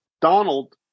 Donald